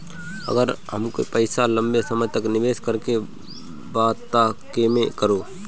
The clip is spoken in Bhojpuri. अगर हमके पईसा लंबे समय तक निवेश करेके बा त केमें करों?